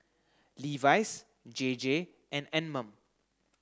Levi's J J and Anmum